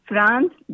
France